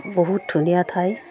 বহুত ধুনীয়া ঠাই